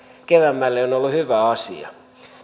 keväämmälle on on ollut hyvä asia